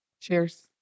Cheers